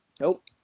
Nope